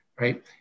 right